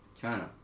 China